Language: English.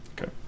Okay